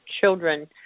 children